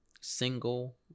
single